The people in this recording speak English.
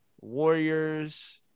Warriors